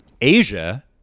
Asia